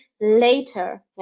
later